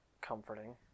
comforting